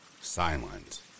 Silent